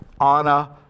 Anna